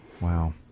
Wow